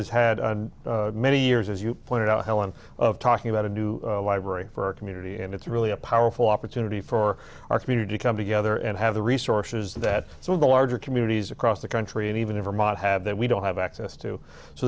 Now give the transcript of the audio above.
had many years as you pointed out one of talking about a new library for our community and it's really a powerful opportunity for our community come together and have the resources that some of the larger communities across the country and even in vermont have that we don't have access to so